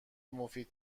مفید